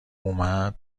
اومد